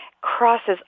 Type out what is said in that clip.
crosses